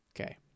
okay